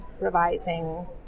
revising